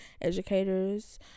Educators